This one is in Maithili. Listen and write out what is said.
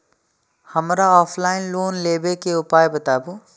हमरा ऑफलाइन लोन लेबे के उपाय बतबु?